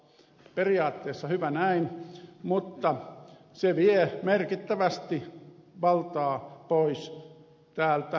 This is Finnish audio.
periaatteessa hyvä näin mutta se vie merkittävästi valtaa pois täältä kansalliselta tasolta